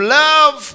love